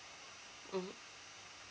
mm